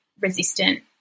resistant